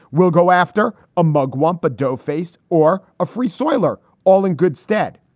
we'll go after a mugwump, a doe face or a free spoiler. all in good stead.